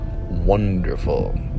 wonderful